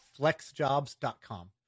flexjobs.com